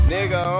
Nigga